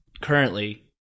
currently